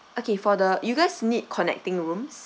okay for the you guys need connecting rooms